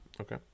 Okay